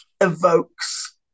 evokes